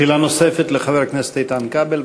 שאלה נוספת לחבר הכנסת איתן כבל.